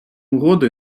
угоди